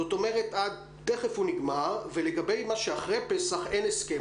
זאת אומרת תכף הוא נגמר ולגבי אחרי פסח אין הסכם.